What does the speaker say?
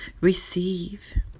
receive